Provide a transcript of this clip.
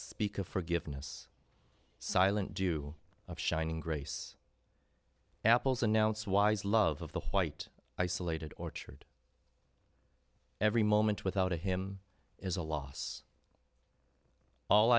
speak of forgiveness silent do of shining grace apples announce wise love of the white isolated orchard every moment without a hymn is a loss all